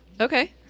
okay